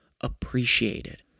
appreciated